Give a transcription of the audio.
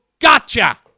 gotcha